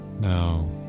Now